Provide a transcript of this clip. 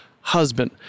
husband